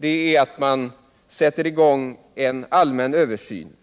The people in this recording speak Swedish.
är att sätta i gång en allmän översyn.